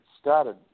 started